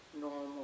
normal